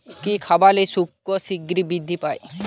কি খাবালে শুকর শিঘ্রই বৃদ্ধি পায়?